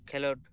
ᱠᱷᱮᱞᱳᱰ